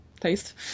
taste